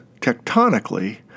tectonically